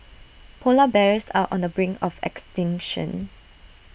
Polar Bears are on the brink of extinction